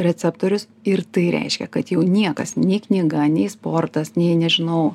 receptorius ir tai reiškia kad jau niekas nei knyga nei sportas nei nežinau